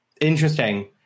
interesting